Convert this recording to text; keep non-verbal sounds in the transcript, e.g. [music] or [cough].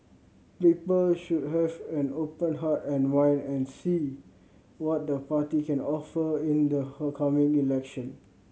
people should have an open heart and mind and see what the party can offer in the [unintelligible] coming election